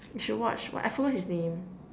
you should watch what I forgot his name